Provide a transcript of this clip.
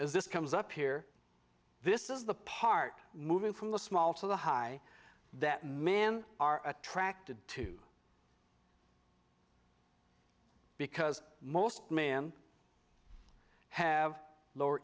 as this comes up here this is the part moving from the small to the high that man are attracted to because most men have lower